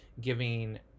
giving